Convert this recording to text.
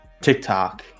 tiktok